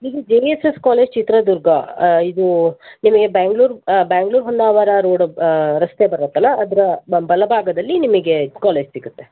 ಇದು geniuses college Chitradurga ಇದು ನಿಮಗೆ ಬ್ಯಾಂಗ್ಳೂರು ಬ್ಯಾಂಗ್ಳೂರು ಹೊನ್ನಾವರ ರೋಡ್ ರಸ್ತೆ ಬರುತ್ತಲ್ಲ ಅದರ ಬಲ ಭಾಗದಲ್ಲಿ ನಿಮಗೆ ಕಾಲೇಜ್ ಸಿಗತ್ತೆ